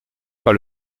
par